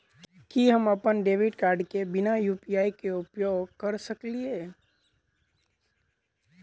की हम अप्पन debit card केँ बिना यु.पी.आई केँ उपयोग करऽ सकलिये?